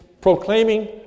proclaiming